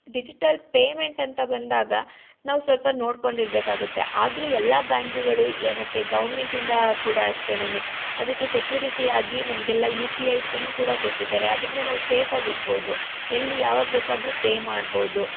digital payment ಅಂತ ಬಂದಾಗ ನಾವು ಸ್ವಲ್ಪ ನೋಡಿಕೊಂಡಿರ್ಬೇಕಾಗುತ್ತೆ ಆದರೂ ಎಲ್ಲ ಬ್ಯಾಂಕುಗಳು ಎ ಮತ್ತು ಗೌರ್ಮೆಂಟಿಂದಾ ಕೂಡ ಅಷ್ಟೆನೆ ಅದಕ್ಕೆ ಸೆಕ್ಯುರಿಟಿ ಆಗಿ ನಮಗೆಲ್ಲಾ ಯು ಪಿ ಐ ಪಿನ್ ಕೂಡ ಕೊಟ್ಟಿದ್ದಾರೆ ಅದರಿಂದ ನಾವು ಸೇಫ್ ಆಗಿರ್ಬೋದು ಎಲ್ಲಿ ಯಾವಾಗ ಬೇಕಾದರೂ ಪೇ ಮಾಡ್ಬೌದು